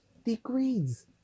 degrees